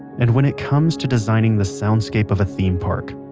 and when it comes to designing the soundscape of a theme park,